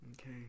Okay